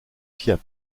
fiat